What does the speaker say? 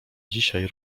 dzisiaj